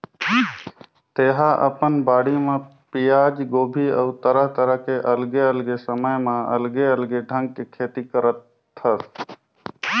तेहा अपन बाड़ी म पियाज, गोभी अउ तरह तरह के अलगे अलगे समय म अलगे अलगे ढंग के खेती करथस